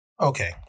Okay